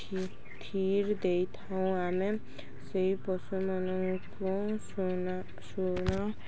କ୍ଷୀର୍ ଦେଇଥାଉ ଆମେ ସେହି ପଶୁମାନଙ୍କୁ